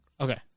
okay